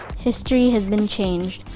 history has been changed.